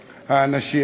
האנשים,